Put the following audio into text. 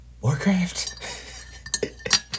Warcraft